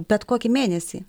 bet kokį mėnesį